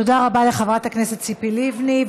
תודה רבה לחברת הכנסת ציפי לבני.